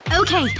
okay,